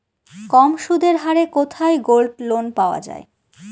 কম সুদের হারে কোথায় গোল্ডলোন পাওয়া য়ায়?